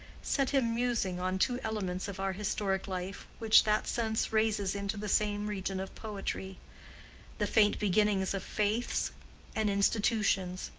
set him musing on two elements of our historic life which that sense raises into the same region of poetry the faint beginnings of faiths and institutions,